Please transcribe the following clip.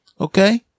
Okay